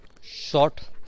short